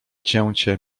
cięcie